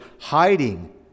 hiding